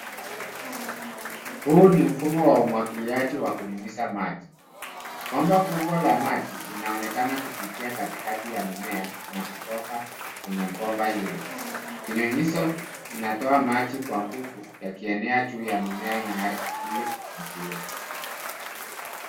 Huu ni mfumo wa umwagiliaji wa kunyunyiza maji. Bomba kubwa la maji linaonekana kupitia katikati ya mimea, na kutoka kwenye bomba hilo. Kinyunyizo kinatoa maji kwa nguvu, yakienea juu ya mimea na ardhi, ili kumwagilia.